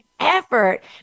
effort